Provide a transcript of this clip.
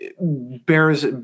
bears